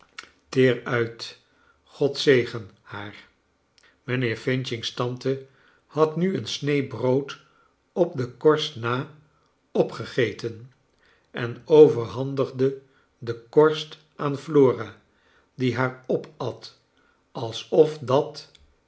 uit god zegen haar mijnheer f's tante had nu een snee brood op de korst na opgegeten en overhandigde de korst aan flora die haar opat alsof dat